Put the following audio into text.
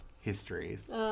histories